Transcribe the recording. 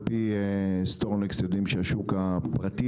על פי "סטורנקס" יודעים שהשוק הפרטי,